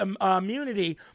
immunity